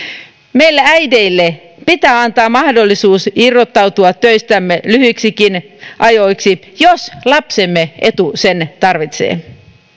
meille äideille pitää antaa mahdollisuus irrottautua töistämme lyhyiksikin ajoiksi jos lapsemme etu sen tarvitsee